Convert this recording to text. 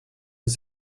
els